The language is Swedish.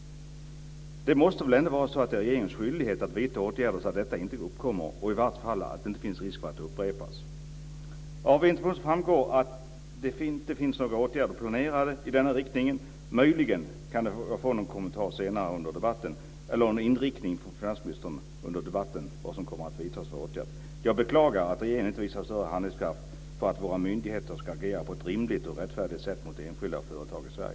Det måste väl ändå vara regeringens skyldighet att vidta åtgärder så att detta inte uppkommer, i vart fall så att det inte finns risk för att det upprepas. Av interpellationssvaret framgår att det inte finns några åtgärder planerade i denna riktning. Möjligen kan jag få någon kommentar senare under debatten eller ett besked från finansministern om en inriktning när det gäller vilka åtgärder som kommer att vidtas. Jag beklagar att regeringen inte visar större handlingskraft för att våra myndigheter ska agera på ett rimligt och rättfärdigt sätt mot enskilda och företag i